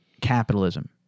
capitalism